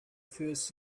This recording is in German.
fürs